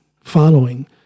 following